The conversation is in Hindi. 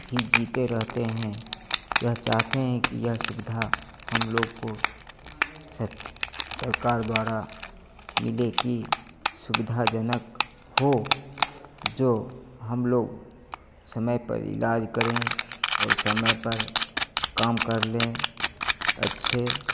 ही जीते रहते हैं या चाहते हैं कि यह सुविधा हम लोगों को सरकार द्वारा मिले कि सुविधाजनक हो जो हम लोग समय पर ईलाज करें और समय पर काम कर लें अच्छे